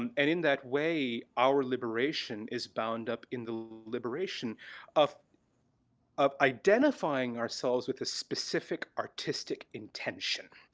um and in that way, our liberation is bound up in the liberation of of identifying ourselves with a specific artistic intention.